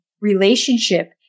relationship